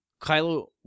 Kylo